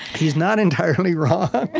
he's not entirely wrong.